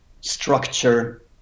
structure